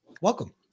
Welcome